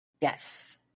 Yes